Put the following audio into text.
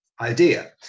idea